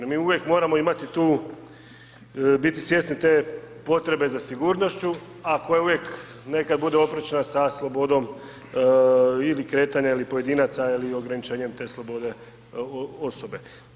Mi uvijek moramo imati tu, biti svjesni te potrebe za sigurnošću, a koje uvijek nekad budu oprečna sa slobodom ili kretanja ili pojedinaca ili ograničenjem te slobode osobe.